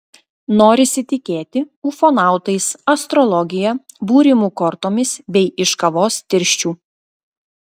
norisi tikėti ufonautais astrologija būrimu kortomis bei iš kavos tirščių